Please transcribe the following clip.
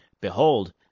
Behold